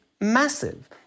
massive